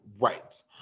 right